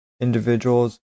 individuals